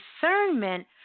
discernment